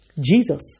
Jesus